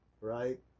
right